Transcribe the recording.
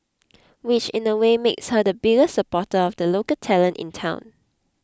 which in a way makes her the biggest supporter of a local talent in town